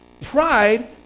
pride